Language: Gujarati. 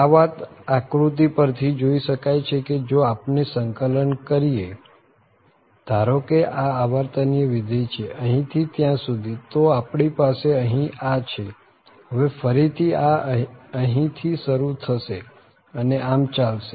આ વાત આ આકૃતિ પરથી જોઈ શકાય છે કે જો આપને સંકલન કરીએ ધારો કે આ આવર્તનીય વિધેય છે અહી થી ત્યાં સુધી તો આપણી પાસે અહીં આ છે હવે ફરી થી આ અહી થી શરુ થશે અને આમ ચાલશે